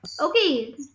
Okay